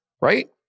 right